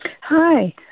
Hi